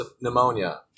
pneumonia